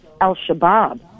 Al-Shabaab